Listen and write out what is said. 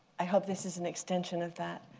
i hope this is an extension of that.